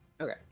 Okay